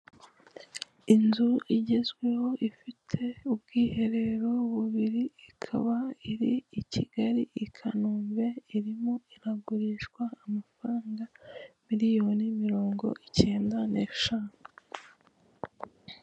Inzu igezweho ifite ubwihererero bubiri, ikaba iri i Kigali, i Kanombe, irimo iragurishwa amafaranga miliyoni mirongo ikenda n'eshanu.